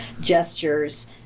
gestures